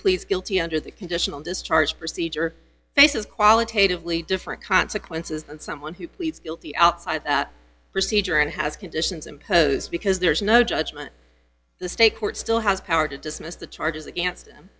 pleads guilty under the conditional discharge procedure faces qualitatively different consequences than someone who pleads guilty outside the procedure and has conditions imposed because there is no judgment the state court still has power to dismiss the charges against him